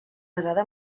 basada